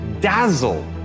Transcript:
dazzle